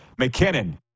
McKinnon